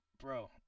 bro